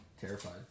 terrified